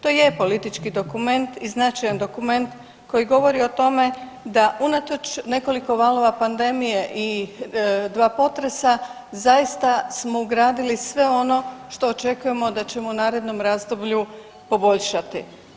To je politički dokument i značajan dokument koji govori o tome da unatoč nekoliko valova pandemije i dva potresa zaista smo ugradili sve ono što očekujemo da ćemo u narednom razdoblju poboljšati.